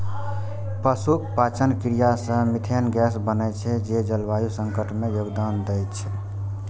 पशुक पाचन क्रिया सं मिथेन गैस बनै छै, जे जलवायु संकट मे योगदान दै छै